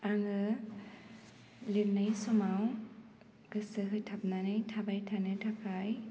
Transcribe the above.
आङो लिरनाय समाव गोसो होथाबनानै थाबाय थानो थाखाय